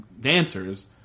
dancers